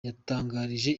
yatangarije